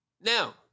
Now